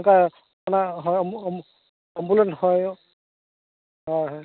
ᱚᱱᱠᱟ ᱚᱱᱟ ᱦᱮᱸ ᱮᱢᱵᱩᱞᱮᱱᱥ ᱦᱳᱭ ᱦᱳᱭ ᱦᱳᱭ